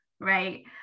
right